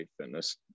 Fitness